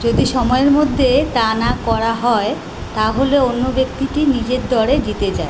যদি সময়ের মধ্যে তা না করা হয় তাহলে অন্য ব্যক্তিটি নিজের দরে জিতে যায়